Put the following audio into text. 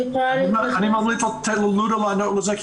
אני ממליץ שתתן ללודה לענות על זה כי